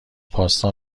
پاستا